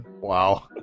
Wow